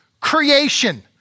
creation